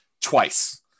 twice